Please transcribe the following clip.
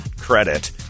credit